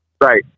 Right